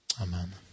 Amen